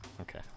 Okay